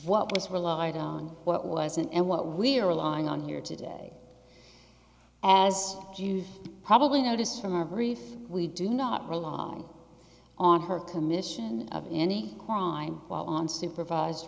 what was relied on what wasn't and what we're relying on here today as you've probably noticed from our brief we do not rely on her commission of any crime while on supervised